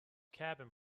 cabin